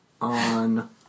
on